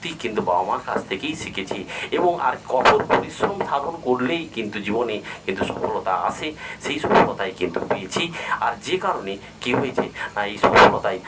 প্রতীক কিন্তু বাবা মায়ের কাছ থেকেই শিখেছি এবং আর কঠোর পরিশ্রম সাধন করলেই কিন্তু জীবনে কিন্তু সফলতা আসে সেই সফলতাই কিন্তু পেয়েছি আর যে কারণে কী হয়েছে এই সফলতাই